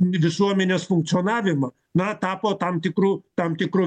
visuomenės funkcionavimą na tapo tam tikru tam tikru